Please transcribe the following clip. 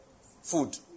Food